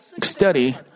study